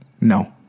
No